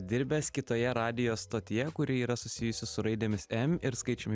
dirbęs kitoje radijo stotyje kuri yra susijusi su raidėmis m ir skaičiumi